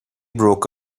broke